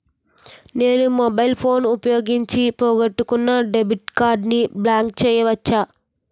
నేను mobile phone ఉపయోగించి పోగొట్టుకున్న డెబిట్ కార్డ్ని బ్లాక్ చేయవచ్చా?